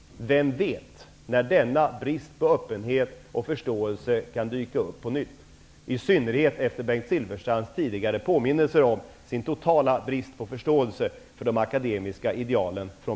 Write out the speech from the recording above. Vem vet när denna brist på öppenhet och förståelse kan dyka upp på nytt? Det gäller i synnerhet efter Bengt Silfverstrands tidigare påminnelser om sin totala brist på förståelse för de akademiska idealen från